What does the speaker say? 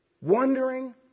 wondering